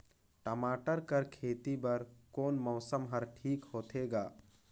टमाटर कर खेती बर कोन मौसम हर ठीक होथे ग?